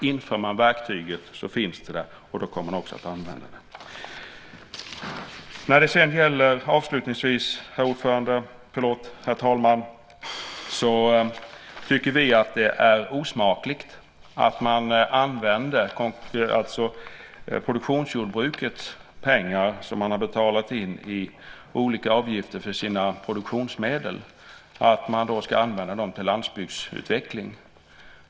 Inför man verktyget så finns det där, och då kommer man också att använda det. Avslutningsvis, herr talman, tycker vi att det är osmakligt att produktionsjordbrukets pengar, som man betalat in i form av olika avgifter för sina produktionsmedel, ska användas till landsbygdsutveckling.